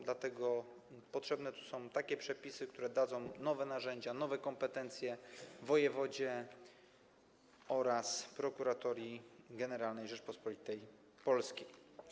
Dlatego potrzebne tu są takie przepisy, które dadzą nowe narzędzia, nowe kompetencje wojewodzie oraz Prokuratorii Generalnej Rzeczypospolitej Polskiej.